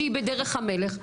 שהיא בדרך המלך,